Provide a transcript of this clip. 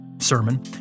sermon